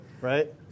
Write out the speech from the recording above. right